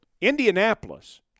Indianapolis